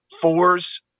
Fours